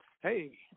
Hey